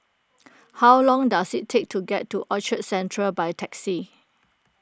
how long does it take to get to Orchard Central by taxi